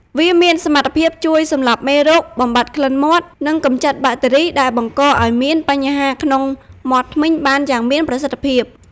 វាមានសមត្ថភាពជួយសម្លាប់មេរោគ បំបាត់ក្លិនមាត់ និងកម្ចាត់បាក់តេរីដែលបង្កឲ្យមានបញ្ហាក្នុងមាត់ធ្មេញបានយ៉ាងមានប្រសិទ្ធភាព។